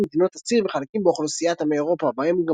– מדינות הציר וחלקים באוכלוסיית עמי אירופה בהם גם